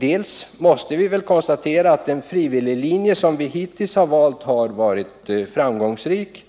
Dels kan vi konstatera att den frivilliga linje, som vi hittills har valt, har varit framgångsrik.